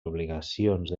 obligacions